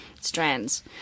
strands